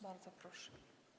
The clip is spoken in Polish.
Bardzo proszę.